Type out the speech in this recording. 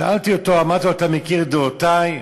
שאלתי אותו, אמרתי לו: אתה מכיר את דעותי,